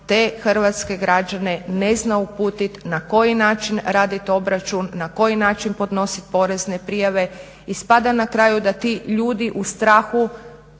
te hrvatske građane ne zna uputiti na koji način radit obračun, na koji način podnositi porezne prijave. Ispada na kraju da ti ljudi u strahu